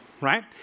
right